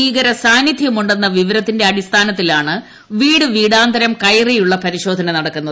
ഭീകര സാന്നിധ്യമുടെ ന്നു പിവ്രത്തിന്റെ അടിസ്ഥാനത്തിലാണ് വീടുവീടാന്തരം കയറിയുള്ള് പരിശോധന നടക്കുന്നത്